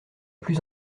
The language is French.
plus